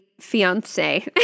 fiance